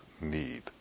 need